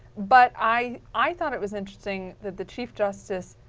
but i i thought it was interesting that the chief justice,